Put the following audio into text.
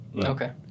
Okay